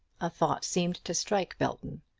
a thought seemed to strike belton.